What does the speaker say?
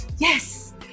yes